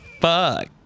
fuck